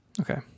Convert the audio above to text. Okay